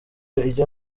ijya